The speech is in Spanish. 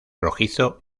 rojizo